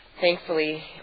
Thankfully